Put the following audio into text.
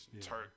Turk